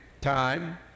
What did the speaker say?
time